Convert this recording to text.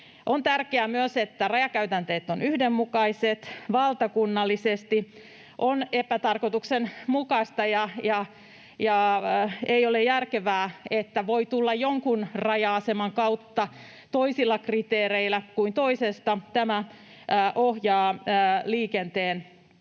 On tärkeää myös, että rajakäytänteet ovat valtakunnallisesti yhdenmukaiset. On epätarkoituksenmukaista eikä ole järkevää, että jonkun raja-aseman kautta voi tulla toisilla kriteereillä kuin toisesta. Tämä ohjaa liikenteen hakeutumista